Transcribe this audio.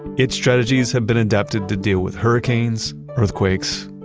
it's strategies have been adapted to deal with hurricanes, earthquakes,